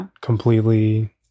completely